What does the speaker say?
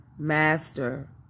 master